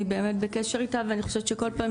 אני באמת בקשר איתה ואני חושבת שכל פעם